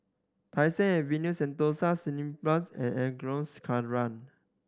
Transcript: Tai Seng Avenue Sentosa Cineblast and